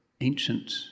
ancient